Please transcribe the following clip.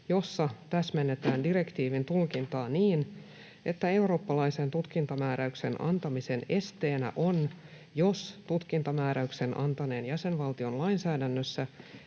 jossa täsmennetään direktiivin tulkintaa niin, että eurooppalaisen tutkintamääräyksen antamisen esteenä on, jos tutkintamääräyksen antaneen jäsenvaltion lainsäädännössä